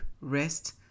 rest